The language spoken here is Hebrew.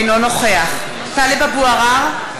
אינו נוכח טלב אבו עראר,